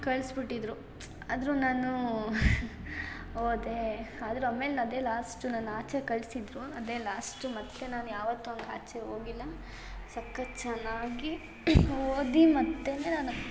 ಕಳ್ಸ್ಬಿಟ್ಟಿದ್ದರು ಆದರೂ ನಾನು ಹೋದೇ ಆದ್ರೆ ಆಮೇಲೆ ಅದೇ ಲಾಸ್ಟು ನನ್ನ ಆಚೆ ಕಳಿಸಿದ್ರು ಅದೇ ಲಾಸ್ಟು ಮತ್ತೆ ನಾನು ಯಾವತ್ತೂ ಹಂಗೆ ಆಚೆ ಹೋಗಿಲ್ಲ ಸಖತ್ತು ಚೆನ್ನಾಗಿ ಓದಿ ಮತ್ತೇ ನಾನು